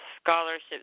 scholarships